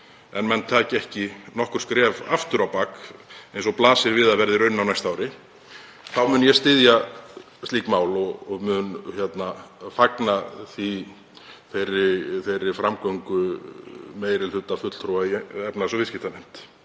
og menn taki ekki nokkur skref aftur á bak, eins og blasir við að verði raunin á næsta ári, þá mun ég styðja slík mál og mun fagna þeirri framgöngu meiri hluta fulltrúa í efnahags- og viðskiptanefnd.